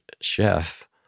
chef